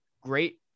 great